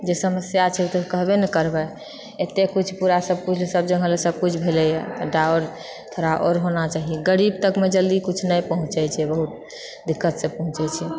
जे समस्या छै तऽ कहबे ने करबै एते कुछ पूरा कुछ सब जगह सब कुछ भेलैए कनी टा आओर थोड़ा और होना चाही गरीब तकमे जल्दी कुछ नै पहुँचै छै बहुत दिक्कतसऽ पहुँचै छै